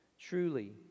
Truly